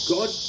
God